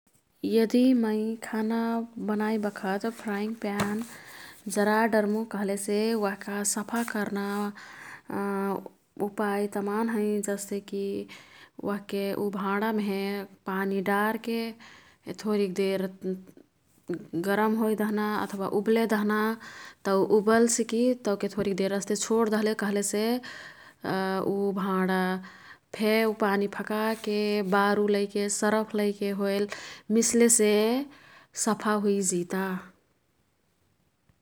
यदि मै खाना बनाईबखत फ्राइंङ्ग प्यान जरा डर्मु कह्लेसे ओह्का सफा कर्ना उपाय तमान हैं। जस्तेकी ओह्के ऊ भाँडामेहे पानी डार्के थोरिक देर गरमहोई दह्ना अथवा उब्ले दह्ना। तौ उबल सिकी तौके थोरिदेर अस्ते छोड दह्ले कह्लेसे ऊ भाँडाफे ऊ पानी फकाके बारूलैके सरफलैके होइल मिस्लेसे सफा हुइजिता।